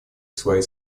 свои